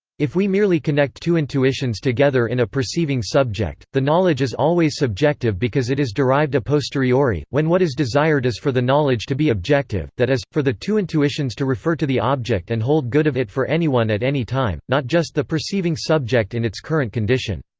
if we merely connect two intuitions together in a perceiving subject, the knowledge is always subjective because it is derived a posteriori, when what is desired is for the knowledge to be objective, that is, for the two intuitions to refer to the object and hold good of it for anyone at any time, not just the perceiving subject in its current condition.